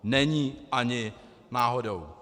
Není ani náhodou.